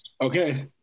okay